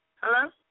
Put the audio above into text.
Hello